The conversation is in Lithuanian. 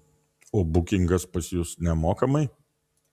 o bukingas pas jus nemokamai